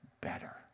better